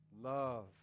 Love